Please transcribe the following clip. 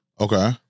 Okay